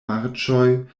marĉoj